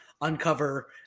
uncover